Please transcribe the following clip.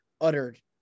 uttered